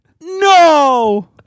No